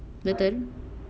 betul